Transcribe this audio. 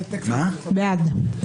נצביע על הסתייגות 242. מי בעד?